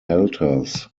altars